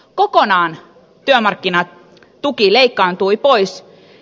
kokonaan työmarkkinatuki leikkaantui pois